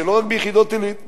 לא רק ביחידות עילית,